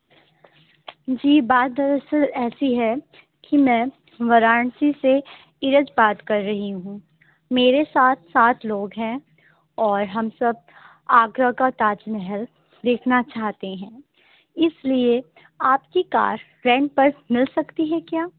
جی بات در اصل ایسی ہے کہ میں وارانسی سے ایرج بات کر رہی ہوں میرے ساتھ سات لوگ ہیں اور ہم سب آگرہ کا تاج محل دیکھنا چاہتے ہیں اس لیے آپ کی کار رینٹ پر مل سکتی ہے کیا